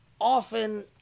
often